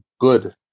good